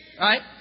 Right